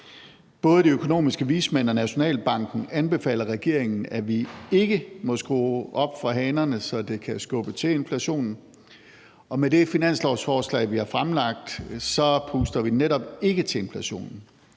Både de økonomiske vismænd og Nationalbanken anbefaler regeringen, at den ikke må skrue op for hanerne, så det kan skubbe til inflationen. Og med det finanslovsforslag, vi har fremlagt, puster vi netop ikke til inflationen.